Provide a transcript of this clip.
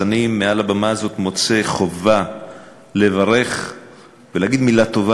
אז אני מעל הבמה הזאת מוצא חובה לברך ולהגיד מילה טובה